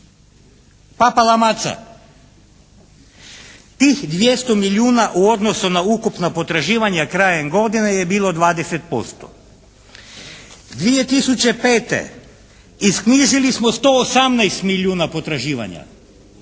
Papala maca. Tih 200 milijuna u odnosu na ukupna potraživanja krajem godine je bilo 20%. 2005. isknjižili smo 118 milijuna potraživanja.